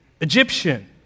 Egyptian